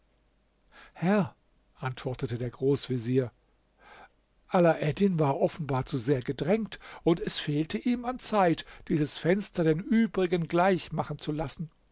herr antwortete der großvezier alaeddin war offenbar zu sehr gedrängt und es fehlte ihm an zeit dieses fenster den übrigen gleich machen zu lassen